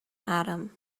adam